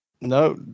No